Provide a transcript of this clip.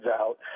out